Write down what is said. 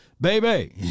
baby